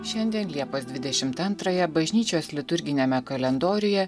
šiandien liepos dvidešimt antrąją bažnyčios liturginiame kalendoriuje